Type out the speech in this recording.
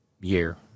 year